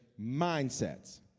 mindsets